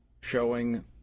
showing